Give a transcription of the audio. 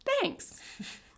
Thanks